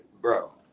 Bro